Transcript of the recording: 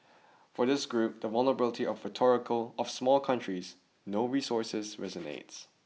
for this group the vulnerability of rhetorical of small countries no resources resonates